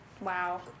Wow